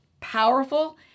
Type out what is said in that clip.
powerful